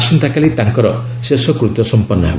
ଆସନ୍ତାକାଲି ତାଙ୍କ ଶେଷକୃତ୍ୟ ସମ୍ପନ୍ନ ହେବ